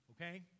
okay